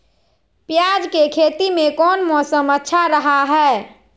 प्याज के खेती में कौन मौसम अच्छा रहा हय?